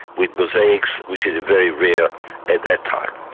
with mosaics which was very rare at that time.